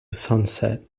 sunset